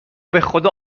بخدا